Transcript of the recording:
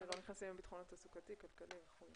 שלא נכנסים לביטחון תעסוקתי, כלכלי וכולי.